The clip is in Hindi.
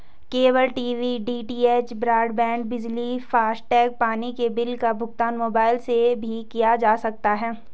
केबल टीवी डी.टी.एच, ब्रॉडबैंड, बिजली, फास्टैग, पानी के बिल का भुगतान मोबाइल से भी किया जा सकता है